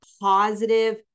positive